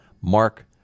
Mark